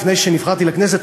לפני שנבחרתי לכנסת,